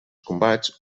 combats